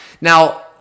Now